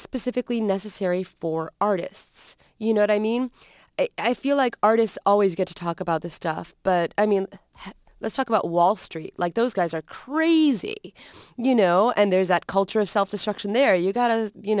specifically necessary for artists you know i mean i feel like artists always good to talk about this stuff but i mean let's talk about wall street like those guys are crazy you know and there's that culture of self destruction there you got to you